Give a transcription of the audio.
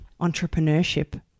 entrepreneurship